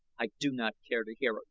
i do not care to hear it,